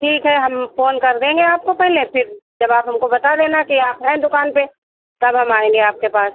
ठीक है हम फ़ोन कर देंगे आपको पहले फिर जब आप हमको बता देना कि आप हैं दुकान पर तब हम आएँगे आपके पास